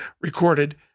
recorded